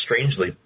strangely